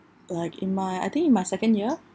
like in my I think in my second year